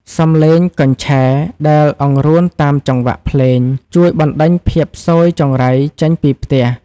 សំឡេងកញ្ឆែដែលអង្រួនតាមចង្វាក់ភ្លេង ជួយបណ្ដេញភាពស៊យចង្រៃចេញពីផ្ទះ។